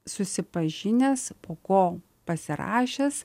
susipažinęs po ko pasirašęs